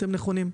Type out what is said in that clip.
הם נכונים.